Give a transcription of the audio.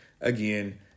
again